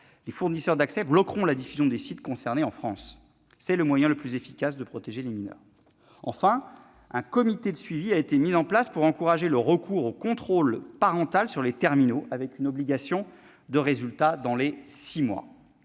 les fournisseurs d'accès bloqueront la diffusion des sites concernés en France. C'est le moyen le plus efficace de protéger les mineurs. Un comité de suivi a en outre été mis en place pour encourager le recours au contrôle parental sur les terminaux, avec une obligation de résultat dans les six mois.